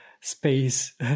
space